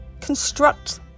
construct